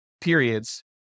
periods